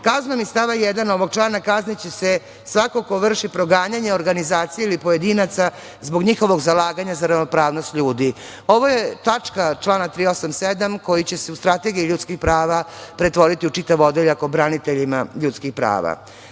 kaznom iz stav 1. ovog člana kazniće se svako ko vrši proganjanje organizacija ili pojedinaca zbog njihovog zalaganja za ravnopravnost ljudi. Ovo tačka člana 387. koji će se u Strategiji ljudskih prava pretvoriti u čitav odeljak o braniteljima ljudskih prava. Dalje,